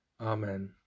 amen